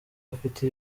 afite